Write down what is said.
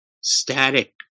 static